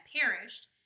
perished